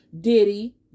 Diddy